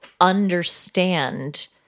understand